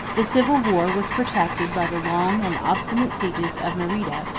the civil war was protracted by the long and obstinate sieges of merida,